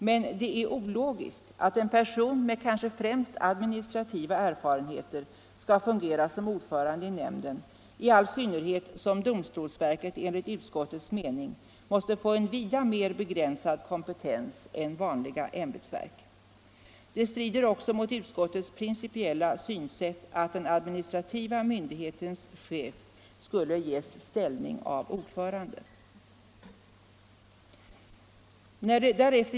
Det är emellertid ologiskt att en person med kanhända främst administrativa erfarenheter skall fungera som ordförande i nämnden, i all synnerhet som domstolsverket enligt utskottets mening måste få en vida mer begränsad kompetens än vanliga ämbetsverk. Det strider också mot utskottets principiella synsätt att den administrativa myndighetens chef skulle ges ställning av ordförande.